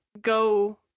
go